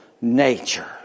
nature